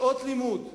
שעות לימוד,